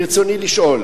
רצוני לשאול: